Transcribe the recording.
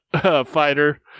fighter